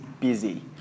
busy